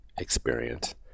experience